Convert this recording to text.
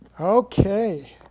Okay